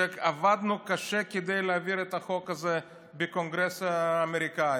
ועבדנו קשה כדי להעביר את החוק הזה בקונגרס האמריקאי.